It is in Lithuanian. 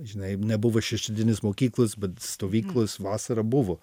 žinai nebuvo šeštadieninės mokyklos bet stovyklos vasarą buvo